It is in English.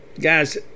guys